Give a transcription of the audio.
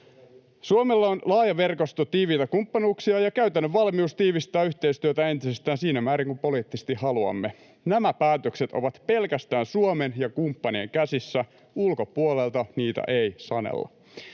Suomella on laaja verkosto tiiviitä kumppanuuksia ja käytännön valmius tiivistää yhteistyötä entisestään siinä määrin kuin poliittisesti haluamme. Nämä päätökset ovat pelkästään Suomen ja kumppanien käsissä, ulkopuolelta niitä ei sanella.